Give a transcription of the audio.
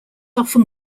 often